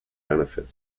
benefit